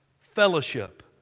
fellowship